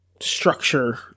structure